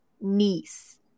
niece